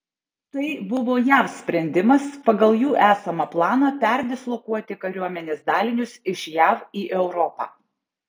tai buvo jav sprendimas pagal jų esamą planą perdislokuoti kariuomenės dalinius iš jav į europą